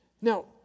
Now